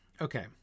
Okay